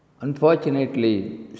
Unfortunately